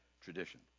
tradition